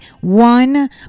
one